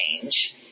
change